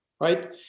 right